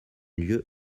lieu